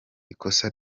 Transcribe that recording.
ikosa